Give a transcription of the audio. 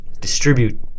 distribute